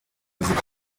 z’igihe